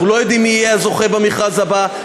אנחנו לא יודעים מי יהיה הזוכה במכרז הבא.